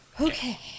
okay